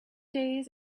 days